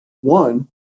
One